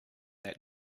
that